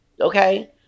okay